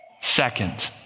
Second